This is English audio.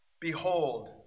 Behold